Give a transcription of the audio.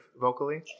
vocally